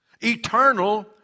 Eternal